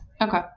Okay